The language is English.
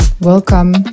Welcome